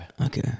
Okay